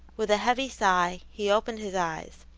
with a heavy sigh, he opened his eyes.